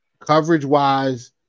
Coverage-wise